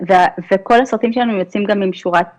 כל הסרטים שלנו גם יוצאים עם שורת תרגום.